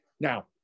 Now